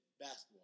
basketball